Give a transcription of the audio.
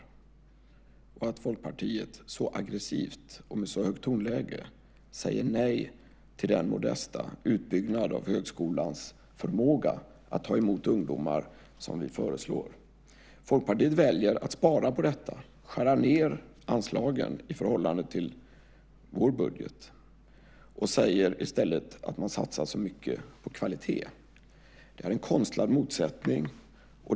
Jag beklagar att Folkpartiet så aggressivt och med så högt tonläge säger nej till den modesta utbyggnad av högskolans förmåga att ta emot ungdomar som vi föreslår. Folkpartiet väljer att spara på detta och skära ned anslagen i förhållande till vår budget. Man säger i stället att man satsar så mycket på kvalitet. Det är en konstlad motsättning.